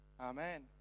Amen